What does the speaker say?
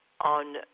on